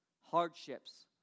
hardships